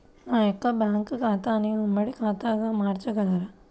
నా యొక్క బ్యాంకు ఖాతాని ఉమ్మడి ఖాతాగా మార్చగలరా?